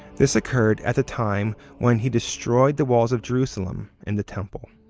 this occurred at the time when he destroyed the walls of jerusalem, and the temple.